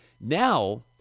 Now